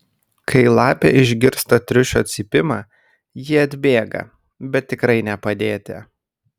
kai lapė išgirsta triušio cypimą ji atbėga bet tikrai ne padėti